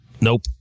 Nope